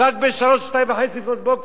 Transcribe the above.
אלא רק ב-02:00 03:00, לפנות בוקר?